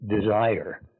desire